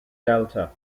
delta